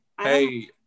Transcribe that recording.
Hey